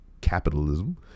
capitalism